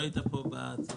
לא היית פה בהצגה.